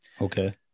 Okay